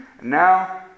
now